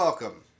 Welcome